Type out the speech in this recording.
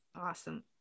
Awesome